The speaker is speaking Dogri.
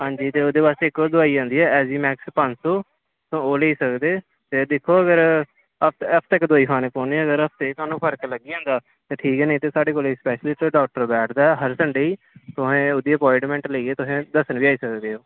हंजी इक और दवाई आंदी ऐ ऐजी मेक्स पंज सौ ओह् लेई सकदे ते दिक्खो अगर हफ्ता इक दवाई खाने पोनी अगर हफ्ते च थुआनू फर्क लग्गी जंदा ते ठीक ऐ नेई ते साढ़े कोल स्पेशलिस्ट डाॅक्टर बैठदा हर सण्डे गी तुसें ओहदी ओपाइंटमेंट लेइयै तुसें दस्सन बी आई सकदे ओह्